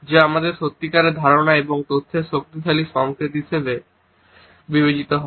যা আমাদের সত্যিকারের ধারণা এবং তথ্যের শক্তিশালী সংকেত হিসাবে বিবেচিত হয়